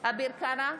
אביר קארה,